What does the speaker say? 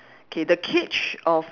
okay the cage of